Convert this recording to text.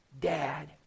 Dad